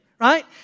right